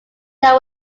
that